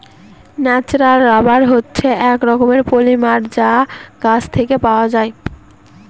natural rubber হচ্ছে এক রকমের পলিমার যা গাছ থেকে পাওয়া যায়